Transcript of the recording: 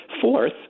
Fourth